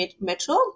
Metro